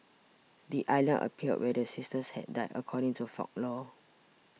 the islands appeared where the sisters had died according to folklore